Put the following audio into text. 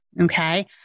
Okay